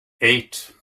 eight